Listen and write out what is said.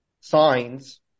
signs